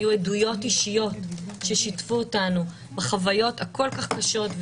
היו עדויות אישיות ששיתפו אותנו בחוויות הכול כך קשות,